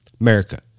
America